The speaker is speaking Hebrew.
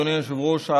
אדוני היושב-ראש,